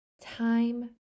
Time